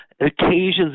occasions